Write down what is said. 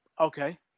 Okay